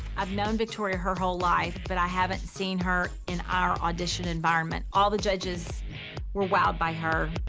i've known victoria her whole life but i haven't seen her in our audition environment. all the judges were wowed by her.